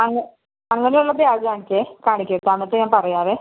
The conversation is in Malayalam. അങ്ങ് അങ്ങനെയുള്ള ബാഗ് കാണിക്കേ കാണിക്ക് എന്നിട്ട് ഞാൻ പറയാമേ